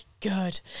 good